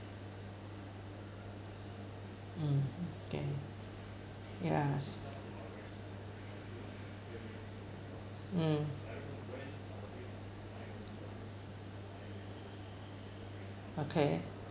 mm K yes mm okay